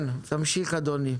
תמשיך אדוני.